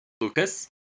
Lucas